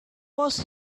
was